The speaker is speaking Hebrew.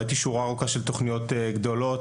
ראיתי שורה ארוכה של תכניות גדולות,